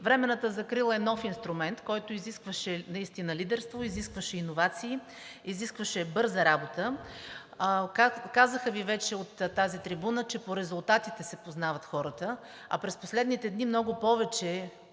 Временната закрила е нов инструмент, който изискваше наистина лидерство, изискваше иновации, изискваше бърза работа. Казаха Ви вече от тази трибуна, че по резултатите се познават хората, а през последните дни много повече